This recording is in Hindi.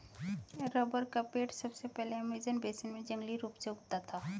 रबर का पेड़ सबसे पहले अमेज़न बेसिन में जंगली रूप से उगता था